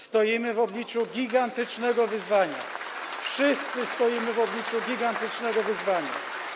Stoimy w obliczu gigantycznego wyzwania, wszyscy stoimy w obliczu gigantycznego wyzwania.